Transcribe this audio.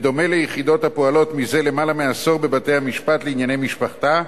בדומה ליחידות הפועלות מזה למעלה מעשור בבתי-המשפט לענייני משפחה,